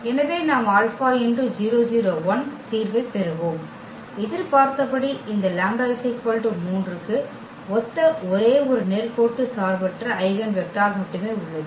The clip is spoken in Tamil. எனவே நாம் தீர்வைப் பெறுவோம் எதிர்பார்த்தபடி இந்த λ 3 க்கு ஒத்த ஒரே ஒரு நேர்கோட்டு சார்பற்ற ஐகென் வெக்டர் மட்டுமே உள்ளது